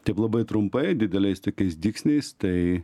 taip labai trumpai dideliais tokiais dygsniais tai